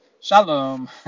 shalom